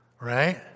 Right